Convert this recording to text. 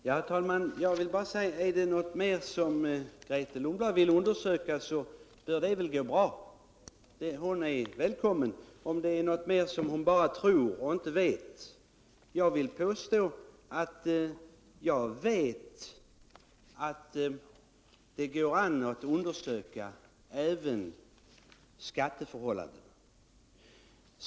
Herr talman! Jag vill bara säga att om det är något mer Grethe Lundblad vill undersöka så bör det gå bra. Hon är välkommen om det är något mer hon bara tror och inte vet. Jag vill påstå att jag vet att det går an att undersöka även skatteförhållandena.